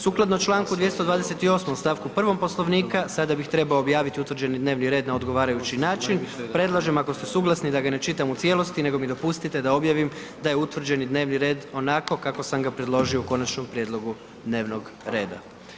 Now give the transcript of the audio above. Sukladno čl. 228. st. 1. Poslovnika sada bih trebao objaviti utvrđeni dnevni red na odgovarajući način, predlažem ako ste suglasni da ga ne čitam u cijelosti nego mi dopustite da objavim da je utvrđen i dnevni red onako kako sam ga predložio u Konačnom prijedlogu dnevnog reda.